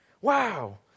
Wow